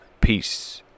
Peace